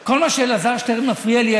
כל מה שאלעזר שטרן מפריע לי,